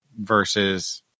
versus